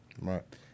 Right